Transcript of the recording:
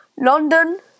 London